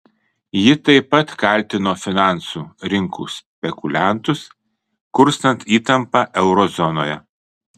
ji taip pat kaltino finansų rinkų spekuliantus kurstant įtampą euro zonoje